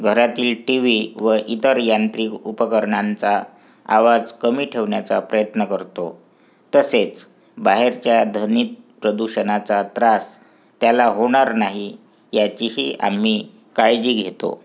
घरातील टीव्ही व इतर यांत्रिक उपकरणांचा आवाज कमी ठेवण्याचा प्रयत्न करतो तसेच बाहेरच्या ध्वनी प्रदूषणाचा त्रास त्याला होणार नाही याचीही आम्ही काळजी घेतो